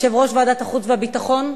יושב-ראש ועדת החוץ והביטחון,